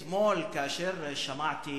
אתמול, כאשר שמעתי